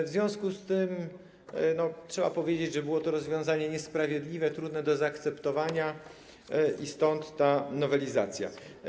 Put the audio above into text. W związku z tym trzeba powiedzieć, że było to rozwiązanie niesprawiedliwe, trudne do zaakceptowania i stąd ta nowelizacja.